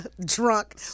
drunk